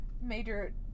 major